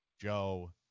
Joe